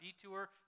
detour